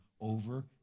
over